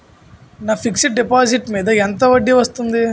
నా fixed deposit మీద ఎంత వడ్డీ వస్తుంది?